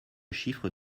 chiffre